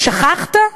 שכחת?